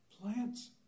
plants